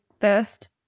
first